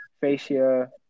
fascia